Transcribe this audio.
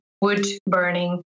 wood-burning